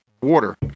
water